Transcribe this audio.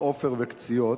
"עופר" ו"קציעות"